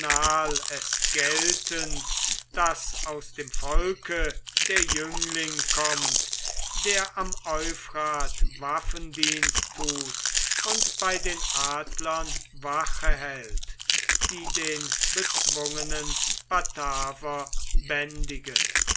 es geltend daß aus dem volke der jüngling kommt der am euphrat waffendienst tut und bei den adlern wache hält die den bezwungenen bataver bändigen